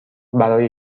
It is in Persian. برای